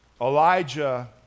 Elijah